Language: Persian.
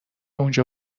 اونجا